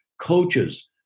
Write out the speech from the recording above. coaches